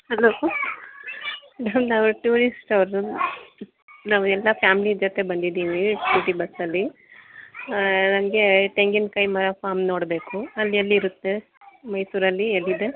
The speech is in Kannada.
ಹಲೋ ಮ್ಯಾಮ್ ನಾವು ಟೂರಿಸ್ಟ್ ಅವರು ನಾವೆಲ್ಲ ಫ್ಯಾಮಿಲಿ ಜೊತೆ ಬಂದಿದ್ದೀವಿ ಟಿ ಟಿ ಬಸ್ಸಲ್ಲಿ ನಮಗೆ ತೆಂಗಿನ ಕಾಯಿ ಮರ ಫಾಮ್ ನೋಡಬೇಕು ಅಲ್ಲಿ ಎಲ್ಲಿರುತ್ತೆ ಮೈಸೂರಲ್ಲಿ ಎಲ್ಲಿದೆ